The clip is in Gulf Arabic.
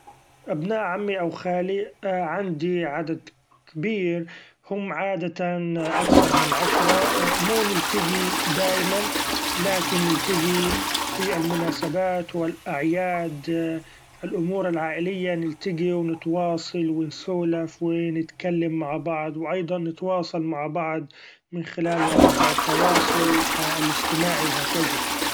أبناء عمي أو خالي عندي عدد كبير هم عادة أكثر من عشرة ، مو نلتقي دايما لكن نلتقي في المناسبات و الأعياد الأمور العائلية ، نلتقي و نتواصل و نسولف و نتكلم مع بعض و أيضا نتواصل مع بعض من خلال مواقع التواصل الإجتماعي و هكذا.